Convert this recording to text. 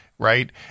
Right